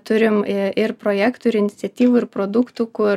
turim ir projektų ir iniciatyvų ir produktų kur